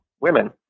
women